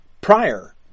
prior